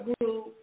Group